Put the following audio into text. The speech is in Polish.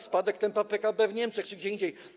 Spadek tempa PKB w Niemczech czy gdzie indziej.